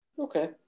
Okay